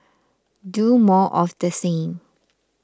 do more of the same